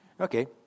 Okay